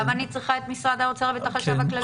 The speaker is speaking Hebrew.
למה אני צריכה את משרד האוצר ואת החשב הכללי?